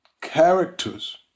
characters